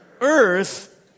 earth